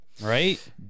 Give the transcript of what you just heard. Right